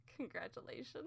Congratulations